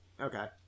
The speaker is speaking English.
okay